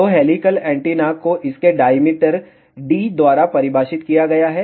तो helical antenna को इसके डाईमीटर D द्वारा परिभाषित किया गया है